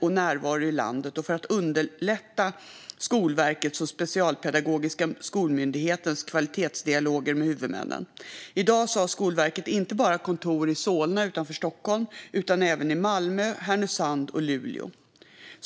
och närvaro i landet och för att underlätta Skolverkets och Specialpedagogiska skolmyndighetens kvalitetsdialoger med huvudmännen. I dag har Skolverket kontor inte bara i Solna utanför Stockholm utan även i Malmö, Härnösand och Luleå.